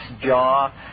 Jaw